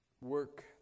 work